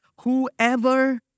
whoever